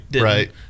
right